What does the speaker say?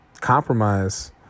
compromise